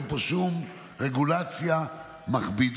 אין פה שום רגולציה מכבידה.